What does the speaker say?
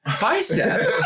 bicep